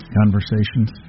conversations